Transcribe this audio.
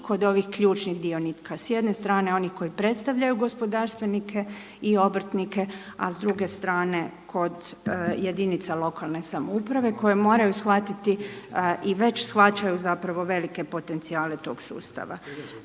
kod ovih ključnih dionika s jedne strane onih koji predstavljaju gospodarstvenike i obrtnike, a s druge strane kod jedinica lokalne samouprave koje moraju shvatiti i već shvaćaju zapravo velike potencijale tog sustava.